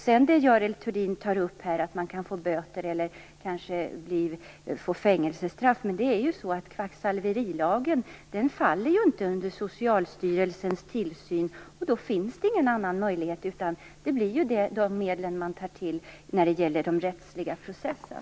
Sedan tar Görel Thurdin upp att man kan få böter eller kanske fängelsestraff. Det är ju så att kvacksalverilagen inte faller under Socialstyrelsens tillsyn. Då finns det ingen annan möjlighet utan det blir dessa medel man tar till när det gäller den rättsliga processen.